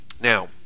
Now